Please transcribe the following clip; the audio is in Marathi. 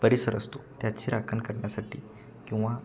परिसर असतो त्याची राखण करण्यासाठी किंवा